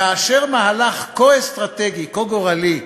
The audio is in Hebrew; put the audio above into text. כאשר מהלך כה אסטרטגי, כה גורלי,